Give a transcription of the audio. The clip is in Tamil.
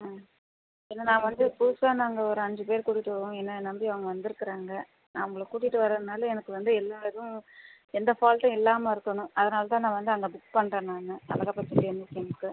ஆன் ஏன்னா நான் வந்து புதுசாக நாங்கள் ஒரு அஞ்சு பேர் கூட்டிகிட்டு வருவோம் என்ன நம்பி அவங்க வந்துருக்குறாங்க அவங்களை கூட்டிகிட்டு வரதுனால் எனக்கு வந்து எல்லா இதுவும் எந்த ஃபால்ட்டும் இல்லாமல் இருக்கணும் அதனால் தான் நான் வந்து அங்கே புக் வந்து பண்றேன் நான் அழகப்பா செட்டியார் மியூசியம்க்கு